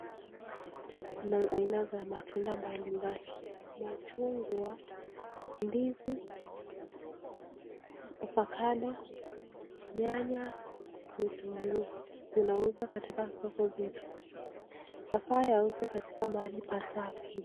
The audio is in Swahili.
Kuna aina za matunda mbali mbali; machungwa, ndizi , ovacado ,nyanya ,vitunguu zinauzwa katika soko zetu. Yafaa yauzwe katika mahali pasafi.